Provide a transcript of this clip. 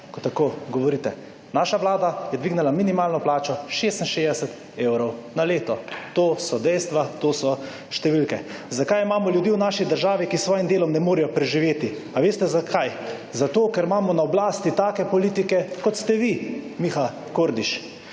ko tako govorite? Naša Vlada je dvignila minimalno plačo 66 evrov na leto. To so dejstva, to so dejstva, to so številke. Zakaj imamo ljudi v naši državi, ki s svojim delom ne morejo preživeti? Veste zakaj? Zato, ker imamo na oblasti take politike kot ste vi, Miha Kordiš.